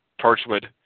Torchwood